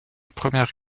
première